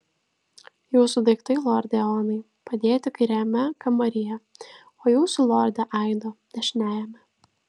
jūsų daiktai lorde eonai padėti kairiajame kambaryje o jūsų lorde aido dešiniajame